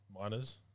Miners